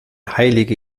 heilige